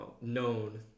known